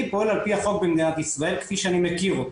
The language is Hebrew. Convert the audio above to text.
אני פועל על פי החוק במדינת ישראל כפי שאני מכיר אותו.